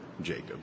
Jacob